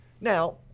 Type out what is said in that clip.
Now